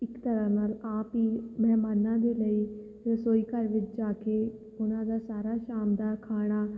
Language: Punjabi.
ਇੱਕ ਤਰ੍ਹਾਂ ਨਾਲ ਆਪ ਹੀ ਮਹਿਮਾਨਾਂ ਦੇ ਲਈ ਰਸੋਈ ਘਰ ਵਿੱਚ ਜਾ ਕੇ ਉਹਨਾਂ ਦਾ ਸਾਰਾ ਸ਼ਾਨਦਾਰ ਖਾਣਾ